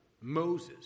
Moses